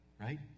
right